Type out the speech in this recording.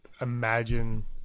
imagine